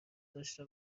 داشته